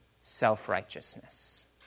self-righteousness